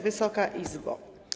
Wysoka Izbo!